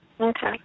Okay